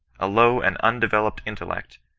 a low and undeveloped intellect,